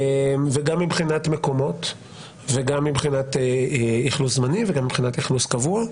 וגם מבחינת מקומות וגם מבחינת אכלוס זמני וגם מבחינת אכלוס קבוע.